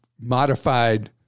modified